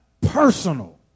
personal